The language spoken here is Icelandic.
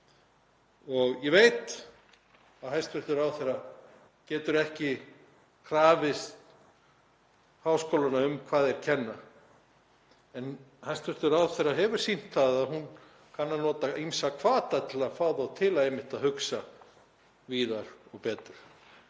Ég veit að hæstv. ráðherra getur ekki krafið háskólana um hvað þeir kenna en hæstv. ráðherra hefur sýnt að hún kann að nota ýmsa hvata til að fá þá til einmitt að hugsa víðar og betur.